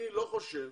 אני לא חושב